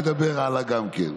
נדבר הלאה גם כן.